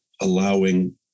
allowing